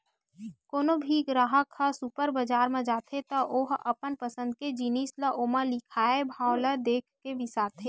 कोनो भी गराहक ह सुपर बजार म जाथे त ओ ह अपन पसंद के जिनिस ल ओमा लिखाए भाव ल देखके बिसाथे